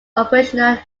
operational